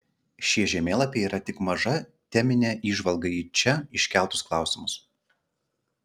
šie žemėlapiai yra tik maža teminė įžvalga į čia iškeltus klausimus